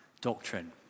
doctrine